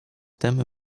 tem